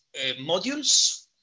modules